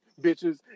bitches